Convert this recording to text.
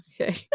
Okay